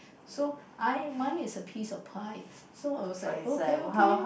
so I mine is a piece of pie so I was like okay okay